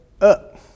up